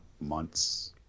months